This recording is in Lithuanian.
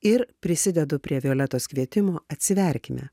ir prisidedu prie violetos kvietimo atsiverkime